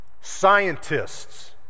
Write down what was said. Scientists